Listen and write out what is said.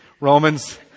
Romans